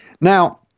Now